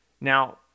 Now